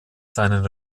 seinen